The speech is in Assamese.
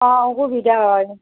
অঁ অসুবিধা হয়